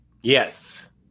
yes